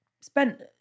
spent